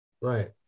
Right